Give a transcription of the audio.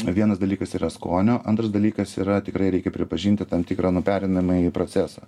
vienas dalykas yra skonio antras dalykas yra tikrai reikia pripažinti tam tikrą nu pereinamąjį procesą